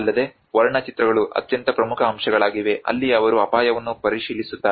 ಅಲ್ಲದೆ ವರ್ಣಚಿತ್ರಗಳು ಅತ್ಯಂತ ಪ್ರಮುಖ ಅಂಶಗಳಾಗಿವೆ ಅಲ್ಲಿ ಅವರು ಅಪಾಯವನ್ನು ಪರಿಶೀಲಿಸುತ್ತಾರೆ